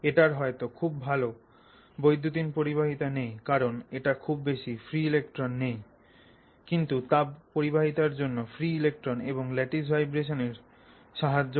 এটার হয়তো খুব ভালো বৈদ্যুতিন পরিবাহিতা নেই কারণ খুব একটা বেশি ফ্রি ইলেক্ট্রন নেই কিন্তু তাপ পরিবাহিতার জন্য ফ্রি ইলেক্ট্রন এবং ল্যাটিস ভাইব্রেশন সাহায্য করে